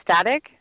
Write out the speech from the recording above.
static